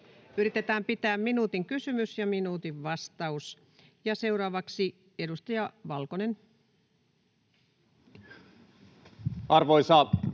Yritetään pitää minuutin kysymys ja minuutin vastaus. — Seuraavaksi edustaja Valkonen. Arvoisa rouva